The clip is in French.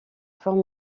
forme